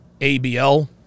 ABL